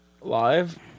Live